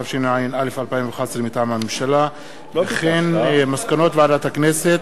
התשע"א 2011. מסקנות ועדת הכנסת